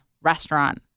restaurant